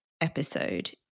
episode